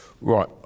Right